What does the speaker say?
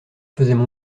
faisaient